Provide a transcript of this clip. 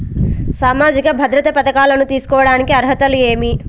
సామాజిక భద్రత పథకాలను తీసుకోడానికి అర్హతలు ఏమి?